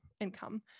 income